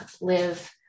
live